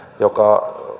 joka